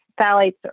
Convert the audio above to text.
phthalates